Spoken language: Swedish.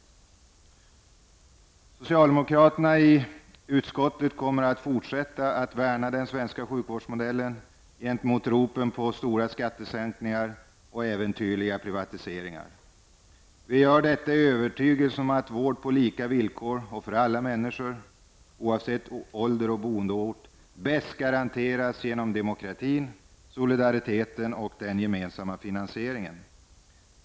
Vi socialdemokrater i utskottet kommer att fortsätta att värna den svenska sjukvårdsmodellen gentemot ropen på stora skattesänkningar och äventyrliga privatiseringar. Vi gör detta i övertygelsen om att vård på lika villkor för alla människor, oavsett ålder och bostadsort, bäst garanteras genom demokrati, solidaritet och en gemensam finansiering.